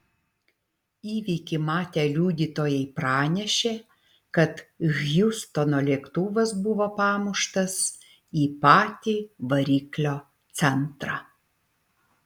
įvykį matę liudytojai pranešė kad hjustono lėktuvas buvo pamuštas į patį variklio centrą